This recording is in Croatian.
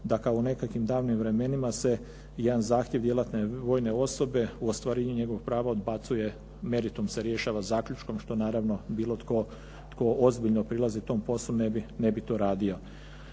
da kao u nekakvim davnim vremenima se jedan zahtjev djelatne vojne osobe u ostvarenju njegovog prava odbacuje, meritum se rješava zaključkom što naravno bilo tko tko ozbiljno prilazi tom poslu ne bi to radio.